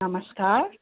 नमस्कार